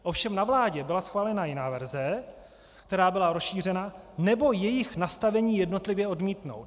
Ovšem na vládě byla schválena jiná verze, která byla rozšířena: Nebo jejich nastavení jednotlivě odmítnout.